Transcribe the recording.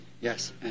yes